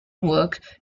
work